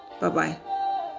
bye-bye